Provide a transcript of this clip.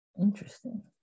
Interesting